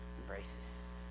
embraces